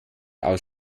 aus